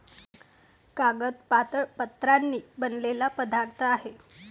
कागद पातळ पत्र्यांनी बनलेला पदार्थ आहे